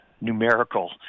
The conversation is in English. numerical